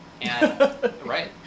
right